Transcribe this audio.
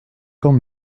quand